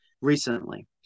recently